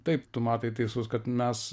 taip tu matai teisus kad mes